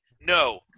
no